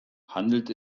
handelt